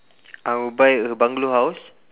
I will buy a bungalow house